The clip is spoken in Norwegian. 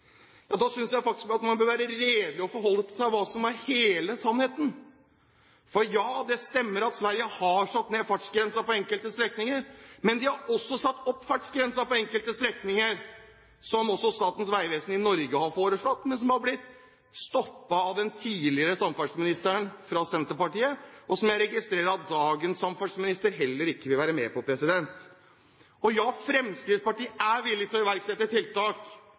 ja, det stemmer at Sverige har satt ned fartsgrensen på enkelte strekninger. Men de har også satt opp fartsgrensen på enkelte strekninger, som også Statens vegvesen i Norge har foreslått, men som har blitt stoppet av den tidligere samferdselsministeren fra Senterpartiet, og jeg registrerer at dagens samferdselsminister heller ikke vil være med på det. Og ja, Fremskrittspartiet er villig til å iverksette tiltak